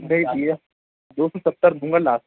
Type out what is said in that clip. نہیں بھیا دو سو ستر دوں گا لاس